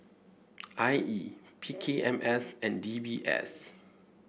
I E P K M S and D B S